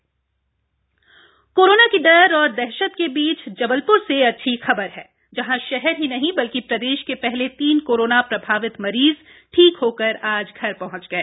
corona अच्छी खबर corona की डर और दहशत के बीच जबलप्र से अच्छी खबर है जहां शहर नहीं नहीं प्रदेश के पहले तीन कोरोना प्रभावित मरीज ठीक होकर आज घर पहंच गए